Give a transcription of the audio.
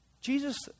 Jesus